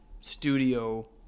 studio